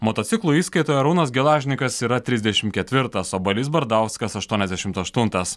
motociklų įskaitoje arūnas gelažnikas yra trisdešim ketvirtas o balys bardauskas aštuoniasdešimt aštuntas